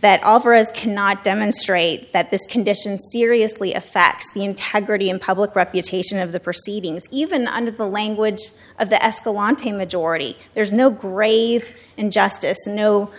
for us cannot demonstrate that this condition seriously affect the integrity and public reputation of the proceedings even under the language of the eskil want a majority there's no grave injustice no